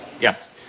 Yes